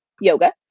yoga